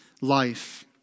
life